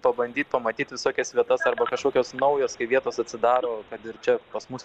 pabandyt pamatyt visokias vietas arba kažkokios naujos vietos atsidaro kad ir čia pas mus